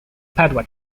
padua